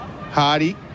Hardy